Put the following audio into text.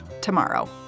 tomorrow